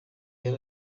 yari